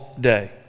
day